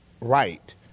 right